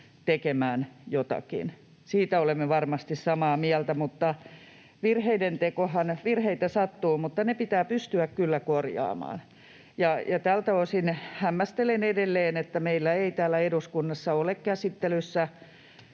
tekemään jotakin. Siitä olemme varmasti samaa mieltä. Virheitä sattuu, mutta ne pitää pystyä kyllä korjaamaan, ja tältä osin hämmästelen edelleen, että meillä ei täällä eduskunnassa ole käsittelyssä